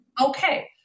Okay